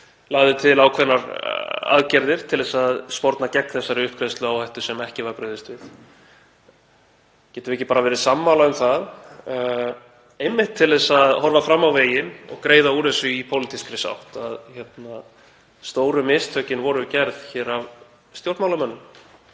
lagði til ákveðnar aðgerðir til að sporna gegn þessari uppgreiðsluáhættu sem ekki var brugðist við. Getum við ekki verið sammála um það, einmitt til að horfa fram á veginn og greiða úr þessu í pólitískri sátt, að stóru mistökin hafi verið gerð af stjórnmálamönnum